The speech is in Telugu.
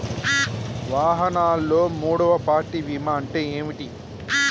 వాహనాల్లో మూడవ పార్టీ బీమా అంటే ఏంటి?